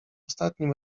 ostatnim